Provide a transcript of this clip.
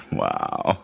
wow